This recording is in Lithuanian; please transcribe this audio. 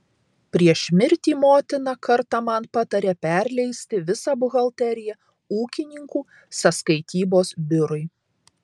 prieš mirtį motina kartą man patarė perleisti visą buhalteriją ūkininkų sąskaitybos biurui